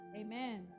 Amen